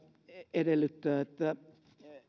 edellyttää että